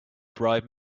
bribe